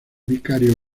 vicario